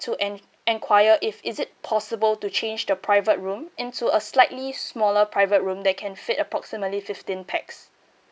to en~ enquire if is it possible to change the private room into a slightly smaller private room that can fit approximately fifteen pax